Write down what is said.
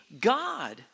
God